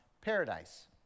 paradise